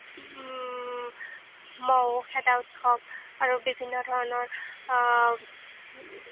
মহ খেদা উৎসৱ আৰু বিভিন্ন ধৰণৰ